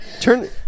turn